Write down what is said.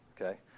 okay